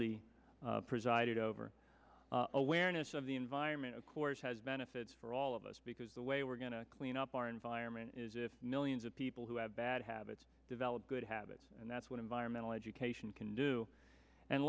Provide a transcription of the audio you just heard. the presided over awareness of the environment of course has benefits for all of us because the way we're going to clean up our environment is if millions of people who have bad habits develop good habits and that's what environmental education can do and